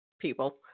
people